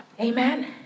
Amen